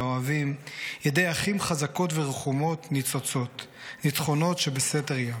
לאוהבים / ידי אחים חזקות ורחומות / ניצוצות / ניצחונות שבסתר ים".